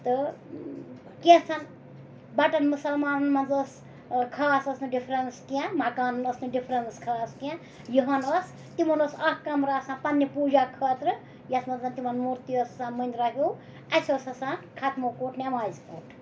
تہٕ کیژھن بَٹَن مُسَلمانَن منٛز ٲس خاص ٲس نہٕ ڈِفرَنٕس کینٛہہ مکانَن ٲس نہٕ ڈِفرَنٕس خاص کینٛہہ یِہَن ٲس تِمَن اوس اَکھ کَمرٕ آسان پنٛنہِ پوٗجا خٲطرٕ یَتھ منٛز تِمَن موٗرتی ٲس آسان مٔندرٛا ہیوٗ اَسہِ اوس آسان ختمہٕ کُٹھ نٮ۪مازِ کُٹھ